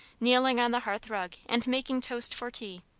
kneeling on the hearth-rug and making toast for tea.